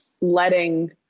letting